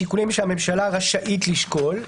שיקולים שהממשלה רשאית לשקול.